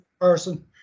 person